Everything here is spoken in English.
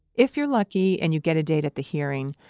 if you're lucky and you get a date at the hearing,